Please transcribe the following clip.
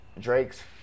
Drake's